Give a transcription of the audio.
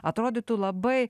atrodytų labai